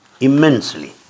immensely